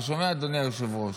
אתה שומע, אדוני היושב-ראש?